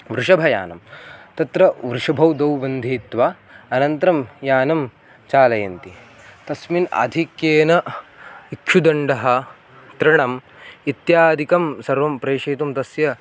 वृषभयानं तत्र वृषभौ द्वौ बन्धयित्वा अनन्तरं यानं चालयन्ति तस्मिन् आधिक्येन इक्षुदण्डः तृणम् इत्यादिकं सर्वं प्रेषयितुं तस्य